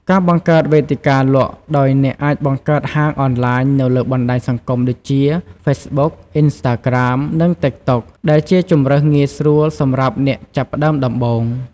ការបង្កើតវេទិកាលក់ ដោយអ្នកអាចបង្កើតហាងអនឡាញនៅលើបណ្ដាញសង្គមដូចជា ហ្វេសបុក អ៊ីនស្តាក្រាម និង តិកតុក ដែលជាជម្រើសងាយស្រួលសម្រាប់អ្នកចាប់ផ្ដើមដំបូង។